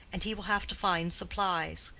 and he will have to find supplies.